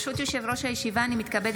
אני קובע